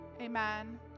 amen